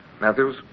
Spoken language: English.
Matthews